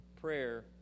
prayer